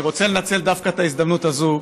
אני רוצה לנצל דווקא את ההזדמנות הזאת,